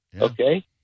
Okay